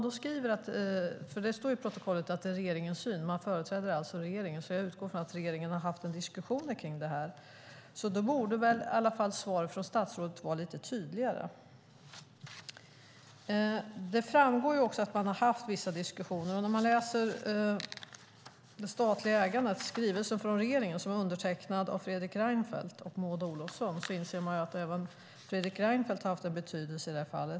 Det står i protokollet att det är regeringens syn, och man företräder alltså regeringen. Jag utgår då från att regeringen har haft diskussioner kring det här. Då borde väl svaret från statsrådet vara lite tydligare. Det framgår också att man har haft vissa diskussioner. När jag läser skrivelsen från regeringen om det statliga ägandet som är undertecknad av Fredrik Reinfeldt och Maud Olofsson inser jag att även Fredrik Reinfeldt har haft en betydelse i detta fall.